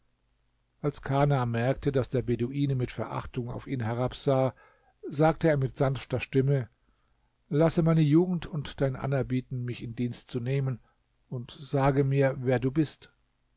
als kana merkte daß der beduine mit verachtung auf ihn herabsah sagte er mit sanfter stimme lasse meine jugend und dein anerbieten mich in dienst zu nehmen und sage mir wer du bist